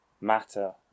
matter